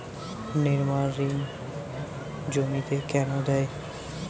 নিমারিন জমিতে কেন দেয়?